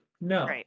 No